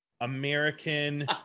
american